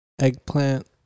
eggplant